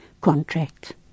contract